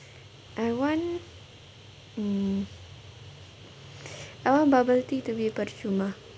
I want mm I want bubble tea to be percuma